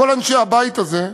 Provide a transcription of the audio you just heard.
כל אנשי הבית הזה,